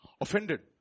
offended